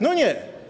No nie.